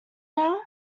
now